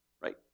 right